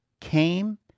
came